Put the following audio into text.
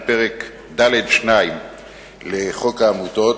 הוא פרק ד'2 לחוק העמותות,